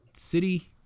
City